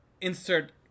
insert